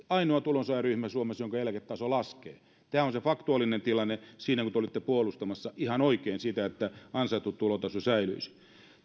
ainoa tulonsaajaryhmä suomessa jonka tulotaso laskee tämä on se faktuaalinen tilanne kun te olitte puolustamassa ihan oikein sitä että ansaittu tulotaso säilyisi